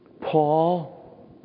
Paul